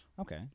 Okay